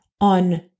on